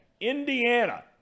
Indiana